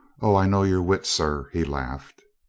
o, i know your wit, sir, he laughed.